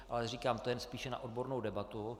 Ale říkám, že to je spíše na odbornou debatu.